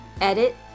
Edit